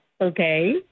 Okay